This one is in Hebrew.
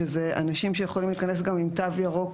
שזה אנשים שיכולים להיכנס גם עם תו ירוק